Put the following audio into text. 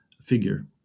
figure